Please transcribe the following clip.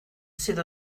sydd